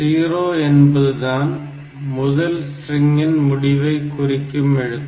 0 என்பதுதான் முதல் ஸ்ட்ரிங்கின் முடிவை குறிக்கும் எழுத்து